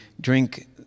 drink